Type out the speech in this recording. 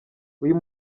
uyu